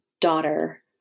daughter